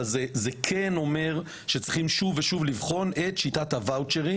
אבל זה כן אומר שצריך לבחון שוב ושוב את שיטת הוואוצ'רים